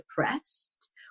depressed